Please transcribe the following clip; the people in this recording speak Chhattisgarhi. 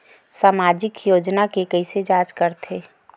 सामाजिक योजना के कइसे जांच करथे?